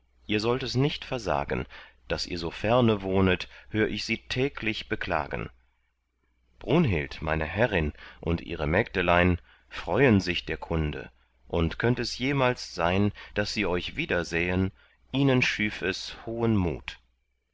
ihr sollt es nicht versagen daß ihr so ferne wohnet hör ich sie täglich beklagen brunhild meine herrin und ihre mägdelein freuen sich der kunde und könnt es jemals sein daß sie euch wiedersähen ihnen schüf es hohen mut